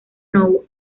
nou